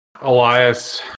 Elias